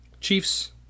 Chiefs